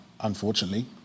unfortunately